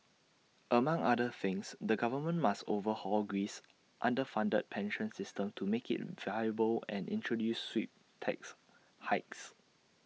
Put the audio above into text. among other things the government must overhaul Greece's underfunded pension system to make IT viable and introduce sweep tax hikes